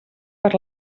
per